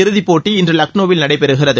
இறுதிப்போட்டி இன்று லக்னோவில் நடைபெறுகிறது